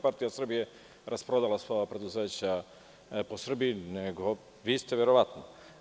Pa nije SPS rasprodala sva ova preduzeća po Srbiji, nego vi ste verovatno.